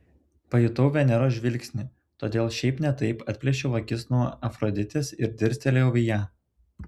pajutau veneros žvilgsnį todėl šiaip ne taip atplėšiau akis nuo afroditės ir dirstelėjau į ją